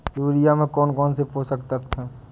Urea में कौन कौन से पोषक तत्व है?